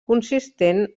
consistent